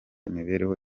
imibereho